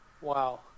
Wow